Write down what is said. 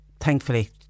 thankfully